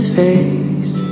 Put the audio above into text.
face